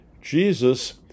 jesus